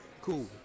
Cool